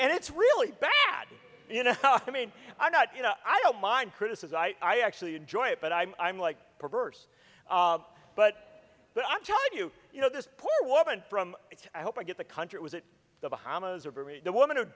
and it's really bad you know i mean i'm not you know i don't mind criticism i actually enjoy it but i'm i'm like perverse but i'll tell you you know this poor woman from i hope i get the country or was it the bahamas or the woman